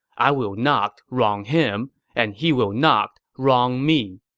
i will not wrong him, and he will not wrong me.